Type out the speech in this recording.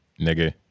nigga